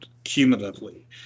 Cumulatively